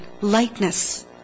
Lightness